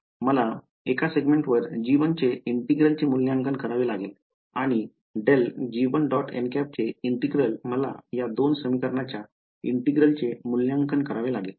मला एका सेगमेंटवर g1 चे इंटिग्रलचे मूल्यांकन करावे लागेल आणि ∇g1 चे इंटिग्रल मला या दोन समीकरणाच्या इंटिग्रलचे मूल्यांकन करावे लागेल